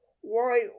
Why